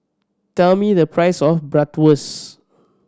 tell me the price of Bratwurst